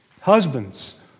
Husbands